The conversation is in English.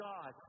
God